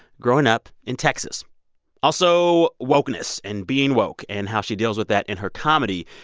growing up in texas also wokeness and being woke and how she deals with that in her comedy,